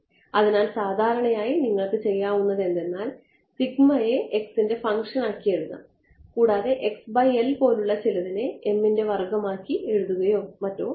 അതിനാൽ സാധാരണയായി നിങ്ങൾക്ക് ചെയ്യാവുന്നത് എന്തെന്നാൽ സിഗ്മയെ x ൻറെ ഫംഗ്ഷൻ ആക്കി എഴുതാം കൂടാതെ x by L പോലുള്ള ചിലതിനെ m ൻറെ വർഗ്ഗം ആക്കി എഴുതുകയോ മറ്റോ ചെയ്യാം